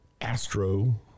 Astro